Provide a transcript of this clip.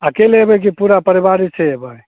अकेले अयबै कि पूरा परिवारिक से अयबै